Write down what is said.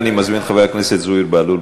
אני מזמין את חבר הכנסת זוהיר בהלול.